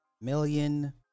million